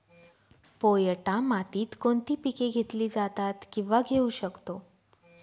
पोयटा मातीत कोणती पिके घेतली जातात, किंवा घेऊ शकतो?